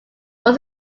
was